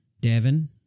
Devin